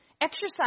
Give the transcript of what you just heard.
Exercise